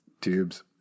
Tubes